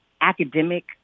academic